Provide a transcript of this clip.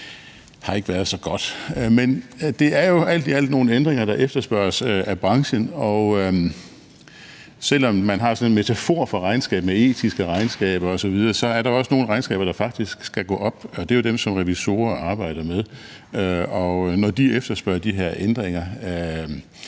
det har ikke været så godt. Men det er jo alt i alt nogle ændringer, der efterspørges af branchen, og selv om man har sådan en metafor for regnskab som etiske regnskaber osv., er der også nogle regnskaber, der faktisk skal gå op, og det er jo dem, som revisorer arbejder med. Og når de efterspørger de her ændringer,